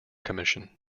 commission